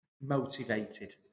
motivated